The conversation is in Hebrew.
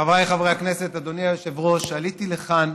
חבריי חברי הכנסת, אדוני היושב-ראש, עליתי לכאן